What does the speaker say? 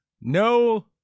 no